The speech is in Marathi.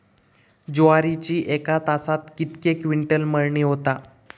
ज्वारीची एका तासात कितके क्विंटल मळणी होता?